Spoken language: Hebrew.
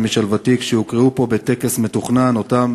משלוותי כשהוקראו פה בטקס מתוכנן אותן